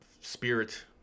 spirit